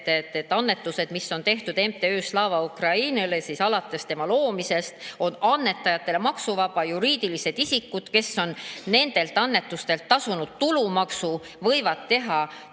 et annetused, mis on tehtud MTÜ-le Slava Ukraini alates tema loomisest, on annetajatele maksuvabad. Juriidilised isikud, kes on nendelt annetustelt tasunud tulumaksu, võivad teha tulu‑